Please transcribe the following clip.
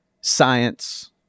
science